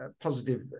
positive